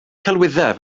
celwyddau